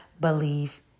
believe